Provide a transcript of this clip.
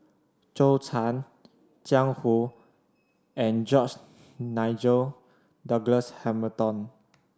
Zhou Can Jiang Hu and George Nigel Douglas Hamilton